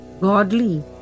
godly